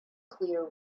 clear